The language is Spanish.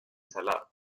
salado